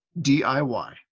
diy